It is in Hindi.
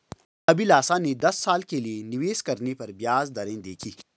अभिलाषा ने दस साल के लिए निवेश करने पर ब्याज दरें देखी